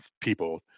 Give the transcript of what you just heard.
people